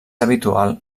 habitual